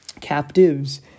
captives